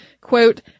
quote